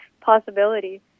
possibility